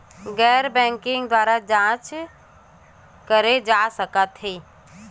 के सबूत के जांच कइसे करबो?